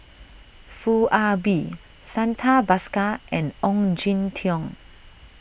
Foo Ah Bee Santha Bhaskar and Ong Jin Teong